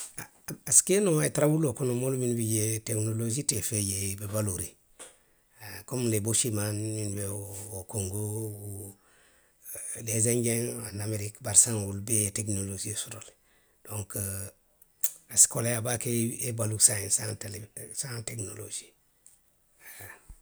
A se kee noo a ye tara wuloo kono moolu minnu bi jee tekinoloosii ti fee jee i be baluuriŋ., haa komi lee boosimaani minnu be oo kongoo, lee enjeŋ aw ameriki, bari saayiŋ wolu bee ye tekinolosio soto le. Donku, a se koleyaa baake i ye baluu saayiŋ saŋ tele, saŋ tekinoloosii haa ŋ. ň